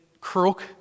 crook